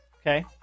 Okay